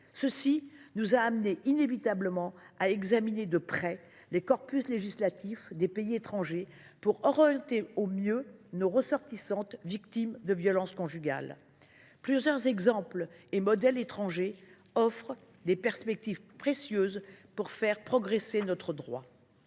Cela nous a amenées à examiner de près les corpus législatifs des pays étrangers en la matière, afin d’orienter au mieux les ressortissantes françaises victimes de violences conjugales. Plusieurs exemples et modèles étrangers offrent des perspectives précieuses pour faire progresser notre droit.